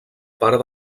part